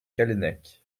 callennec